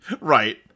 Right